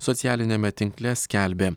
socialiniame tinkle skelbė